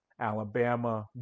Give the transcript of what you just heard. Alabama